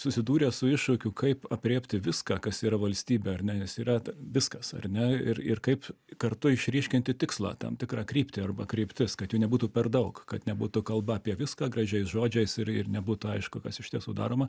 susidūręs su iššūkiu kaip aprėpti viską kas yra valstybė ar ne nes yra ta viskas ar ne ir ir kaip kartu išryškinti tikslą tam tikrą kryptį arba kryptis kad jų nebūtų per daug kad nebūtų kalba apie viską gražiais žodžiais ir ir nebūtų aišku kas iš tiesų daroma